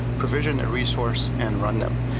provision a resource, and run them.